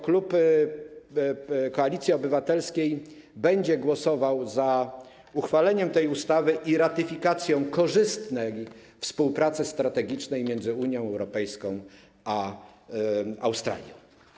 Klub Koalicji Obywatelskiej będzie głosował za uchwaleniem tej ustawy i ratyfikacją korzystnej umowy o współpracy strategicznej między Unią Europejską a Australią.